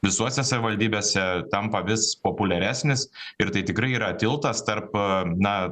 visuose savivaldybėse tampa vis populiaresnis ir tai tikrai yra tiltas tarp na